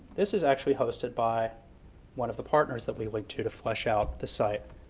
this is actually hosted by one of the partners that we link to to flush out the site,